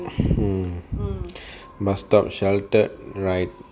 hmm bus top sheltered right